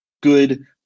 good